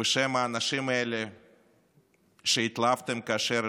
בשם האנשים האלה שהתלהבתם כאשר